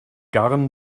garn